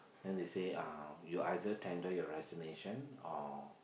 then they say uh you either tender your resignation or